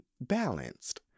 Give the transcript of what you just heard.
balanced